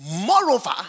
Moreover